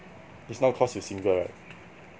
it's not because you're single right